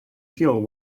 field